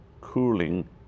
cooling